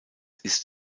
ist